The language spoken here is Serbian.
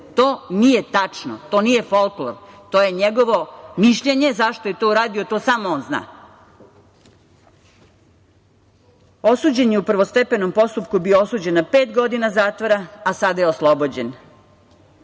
To nije tačno. To nije folklor. To je njegovo mišljenje. Zašto je to uradio, to samo on zna. Osuđen je u prvostepenom postupku bio osuđen na pet godina zatvora, a sada je oslobođen.